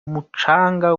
mucanga